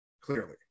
clearly